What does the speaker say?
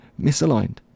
misaligned